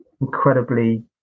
incredibly